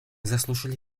заслушали